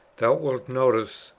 thou wilt notice,